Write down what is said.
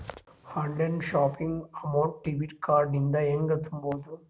Online shopping amount debit card ಇಂದ ಹೆಂಗ್ ತುಂಬೊದು?